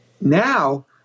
Now